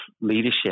leadership